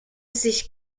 sich